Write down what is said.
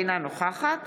אינה נוכחת